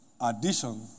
Addition